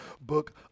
book